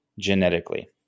genetically